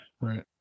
Right